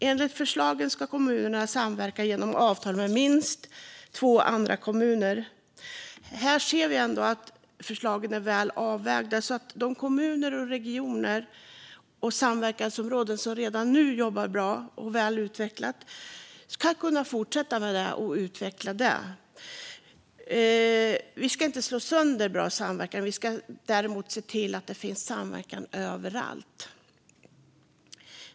Enligt förslaget ska kommunerna samverka genom avtal med minst två andra kommuner. Här ser vi ändå att förslagen är väl avvägda så att de kommuner, regioner och samverkansområden som redan nu jobbar bra och har ett väl utvecklat samarbete kan fortsätta med det. Vi ska inte slå sönder bra samverkan. Vi ska däremot se till att samverkan finns överallt.